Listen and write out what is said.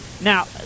Now